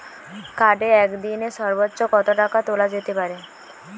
কার্ডে একদিনে সর্বোচ্চ কত টাকা তোলা যেতে পারে?